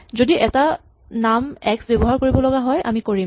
যদি এটা নাম এক্স ব্যৱহাৰ কৰিব লগা হয় আমি কৰিম